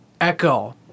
Echo